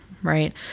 Right